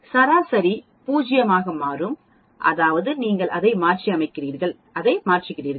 சராசரி 0 ஆக மாறும் அதாவது நீங்கள் அதை மாற்றியமைக்கிறீர்கள் அதை மாற்றுகிறார்கள்